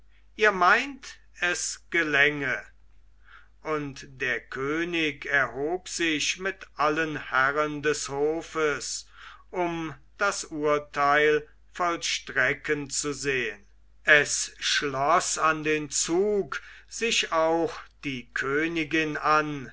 ihr meint es gelänge und der könig erhob sich mit allen herren des hofes um das urteil vollstrecken zu sehn es schloß an den zug sich auch die königin an